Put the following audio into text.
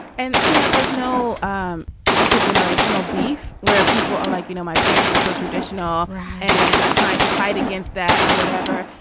and you know, there's no um intergenerational beef where people are like, you know, my parents are so traditional and i'm trying to fight against that or whatever.